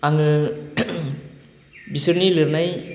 आङो बिसोरनि लिरनाय